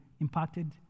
impacted